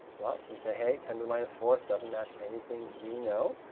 well, we say, hey, ten to the minus fourth doesn't match anything we know,